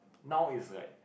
now is like